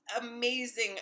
amazing